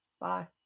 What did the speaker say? Bye